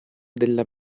della